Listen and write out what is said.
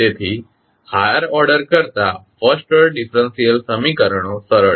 તેથી higher order કરતાં first order differential સમીકરણો સરળ છે